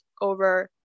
over